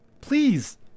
please